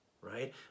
right